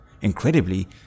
Incredibly